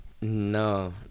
No